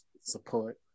support